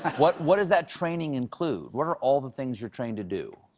what what does that training include? what are all the things you're trained to do?